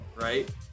right